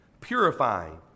Purifying